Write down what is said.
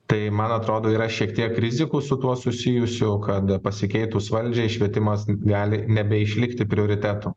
tai man atrodo yra šiek tiek rizikų su tuo susijusių kad pasikeitus valdžiai švietimas gali nebeišlikti prioritetu